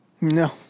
No